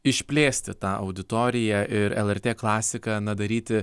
išplėsti tą auditoriją ir lrt klasiką na daryti